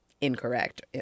incorrect